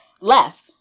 left